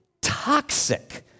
toxic